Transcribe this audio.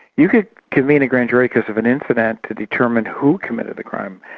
you could convene a grand jury because of an incident to determine who committed a crime,